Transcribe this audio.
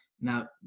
Now